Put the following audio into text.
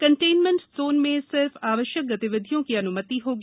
containment zone में सिर्फ आवश्यक गतिविधियों की अन्मति होगी